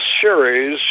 series